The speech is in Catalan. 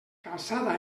calçada